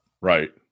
Right